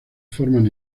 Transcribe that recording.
forman